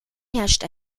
herrscht